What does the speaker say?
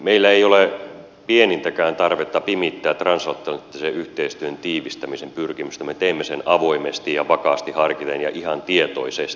meillä ei ole pienintäkään tarvetta pimittää transatlanttisen yhteistyön tiivistämisen pyrkimystä me teemme sen avoimesti ja vakaasti harkiten ja ihan tietoisesti